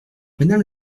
madame